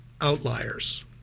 Outliers